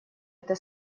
это